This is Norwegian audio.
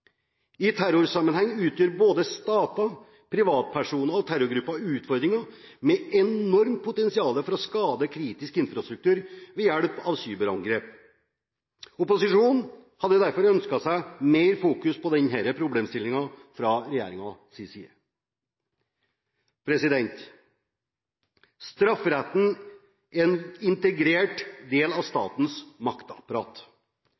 I terrorsammenheng utgjør både stater, privatpersoner og terrorgrupper utfordringer – med et enormt potensial for å skade kritisk infrastruktur ved hjelp av cyberangrep. Opposisjonen hadde derfor ønsket seg mer fokusering på denne problemstillingen fra regjeringens side. Strafferetten er en integrert del av